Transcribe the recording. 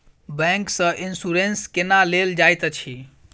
bank सँ insurance केना लेल जाइत अछि